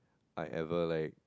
I ever like